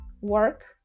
work